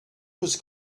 was